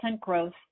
growth